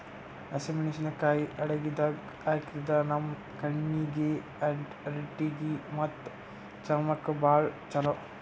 ಹಸಿಮೆಣಸಿಕಾಯಿ ಅಡಗಿದಾಗ್ ಹಾಕಿದ್ರ ನಮ್ ಕಣ್ಣೀಗಿ, ಹಾರ್ಟಿಗಿ ಮತ್ತ್ ಚರ್ಮಕ್ಕ್ ಭಾಳ್ ಛಲೋ